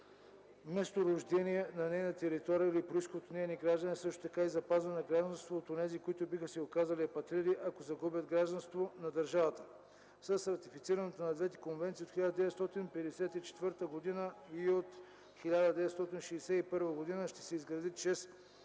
месторождение на нейната територия или произход от нейни граждани, а също така и запазване на гражданство от онези, които биха се оказали апатриди, ако загубят гражданството на държавата. С ратифицирането на двете конвенции от 1954 г. и от 1961 г. ще се изгради чрез